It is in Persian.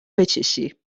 بچشی